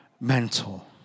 mental